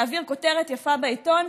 להעביר כותרת יפה בעיתון,